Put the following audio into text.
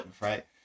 right